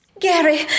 Gary